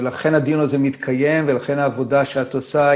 ולכן הדיון הזה מתקיים ולכן העבודה שאת עושה,